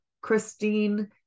christine